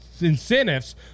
incentives